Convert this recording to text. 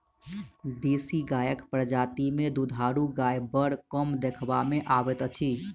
देशी गायक प्रजाति मे दूधारू गाय बड़ कम देखबा मे अबैत अछि